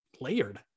layered